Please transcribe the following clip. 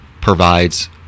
provides